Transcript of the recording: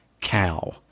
cow